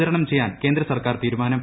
വിതരണം ചെയ്യാൻ കേന്ദ്ര സർക്കാർ തീരുമാനം